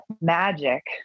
magic